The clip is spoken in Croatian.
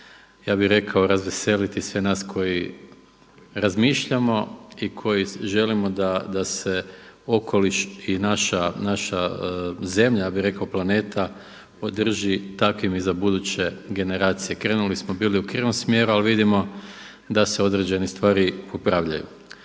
ja bih rekao razveseliti sve nas koji razmišljamo i koji želimo da se okoliš i naša zemlja, ja bih rekao planeta održi takvim i za buduće generacije. Krenuli smo bili u krivom smjeru ali vidimo da se određene stvari popravljaju.